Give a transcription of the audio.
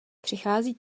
přichází